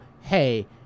Hey